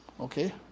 okay